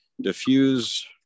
diffuse